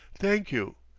thank you.